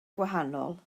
gwahanol